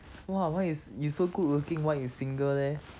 !wah! why you you so good looking why you single leh